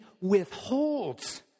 withholds